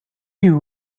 you